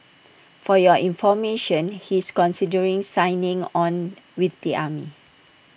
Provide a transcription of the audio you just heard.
for your information he's considering signing on with the army